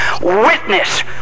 witness